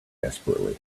desperately